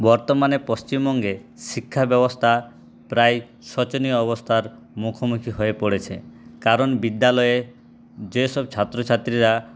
বর্তমানে পশ্চিমবঙ্গে শিক্ষা ব্যবস্থা প্রায় শোচনীয় অবস্থার মুখোমুখি হয়ে পড়েছে কারণ বিদ্যালয়ে যেসব ছাত্র ছাত্রীরা